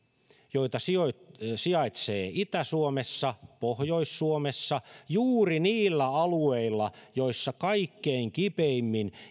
joita sijaitsee itä suomessa pohjois suomessa juuri niillä alueilla joissa kaikkein kipeimmin